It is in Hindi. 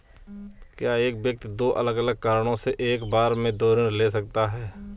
क्या एक व्यक्ति दो अलग अलग कारणों से एक बार में दो ऋण ले सकता है?